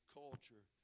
culture